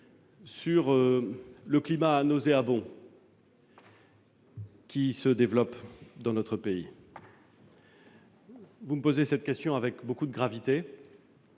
sur le climat nauséabond qui se développe dans notre pays. Vous me posez cette question avec beaucoup de gravité,